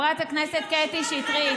חברת הכנסת קטי שטרית,